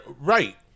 right